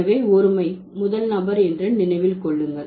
எனவே ஒருமை முதல் நபர் என்று நினைவில் கொள்ளுங்கள்